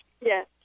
Yes